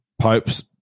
Pope's